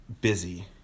busy